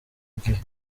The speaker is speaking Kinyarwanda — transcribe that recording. gihe